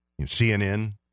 CNN